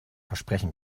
versprechen